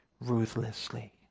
ruthlessly